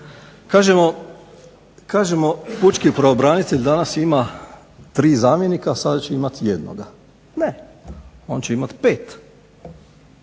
Kažemo pučki pravobranitelj danas ima tri zamjenika, sada će imati jednoga. Ne, on će imati pet.